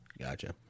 gotcha